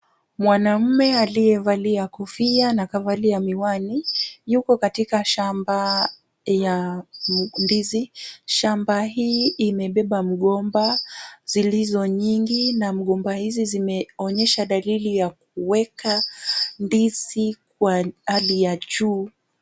Mwanaume aliyevalia kofia na akavalia miwani, yuko katika shamba ya ndizi. Shamba hii imebeba mgomba zilizo nyingi na mgomba hizi zimeonyesha dalili ya kuweka ndizi kwa hali ya juu.